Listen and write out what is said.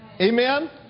Amen